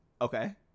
okay